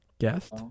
Guest